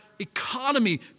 Economy